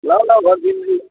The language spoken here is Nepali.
ल ल गरिदिनु नि